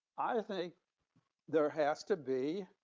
i think there has to be